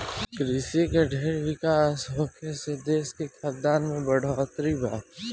कृषि के ढेर विकास होखे से देश के खाद्यान में बढ़ोतरी बा